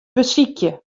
besykje